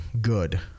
good